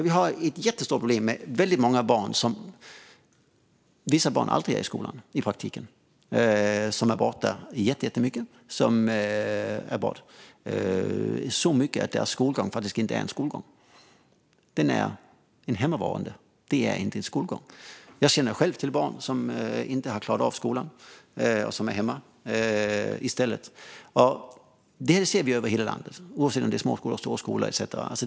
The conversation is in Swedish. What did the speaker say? Vi har ett jättestort problem med väldigt många barn som är borta från skolan jättemycket - vissa barn är i praktiken aldrig i skolan - så mycket att deras skolgång faktiskt inte är en skolgång. Det är ett hemmavarande, inte en skolgång. Jag känner själv till barn som inte har klarat av skolan utan som är hemma i stället. Detta ser vi över hela landet, oavsett om det är små skolor eller stora skolor.